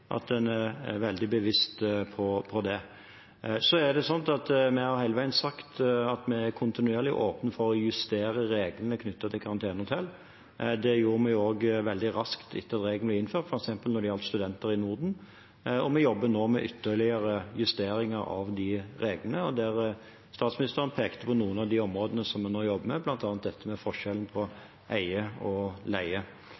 at en er veldig bevisst på det. Vi har hele veien sagt at vi kontinuerlig er åpne for å justere reglene knyttet til karantenehotell. Det gjorde vi også veldig raskt etter at reglene ble innført, f.eks. gjorde vi unntak for studenter i Norden. Vi jobber nå med ytterligere justeringer av reglene. Statsministeren pekte på noen av de områdene som vi nå jobber med, bl.a. dette med forskjellen